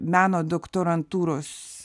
meno doktorantūros